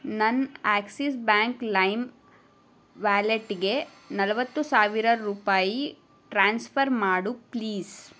ನನ್ನ Axis bank lime ವ್ಯಾಲೆಟ್ಗೆ ನಲವತ್ತು ಸಾವಿರ ರೂಪಾಯಿ ಟ್ರಾನ್ಸ್ಫರ್ ಮಾಡು ಪ್ಲೀಸ್